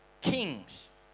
kings